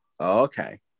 Okay